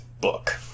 book